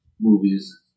movies